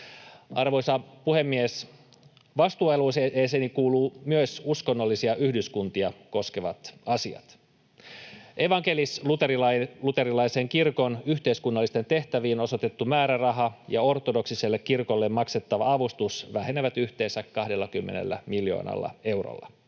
Arvoisa puhemies! Vastuualueeseeni kuuluu myös uskonnollisia yhdyskuntia koskevat asiat. Evankelis-luterilaisen kirkon yhteiskunnallisiin tehtäviin osoitettu määräraha ja ortodoksiselle kirkolle maksettava avustus vähenevät yhteensä 20 miljoonalla eurolla.